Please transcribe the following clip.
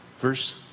Verse